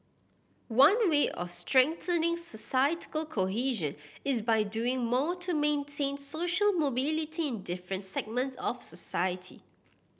one way of strengthening societal cohesion is by doing more to maintain social mobility in different segments of society